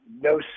no